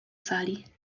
sali